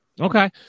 Okay